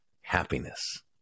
happiness